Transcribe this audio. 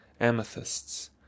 amethysts